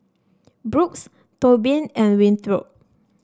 Brooks Tobin and Winthrop